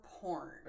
porn